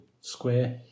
square